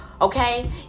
okay